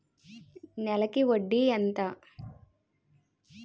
నెలకి వడ్డీ ఎంత?